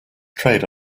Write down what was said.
trade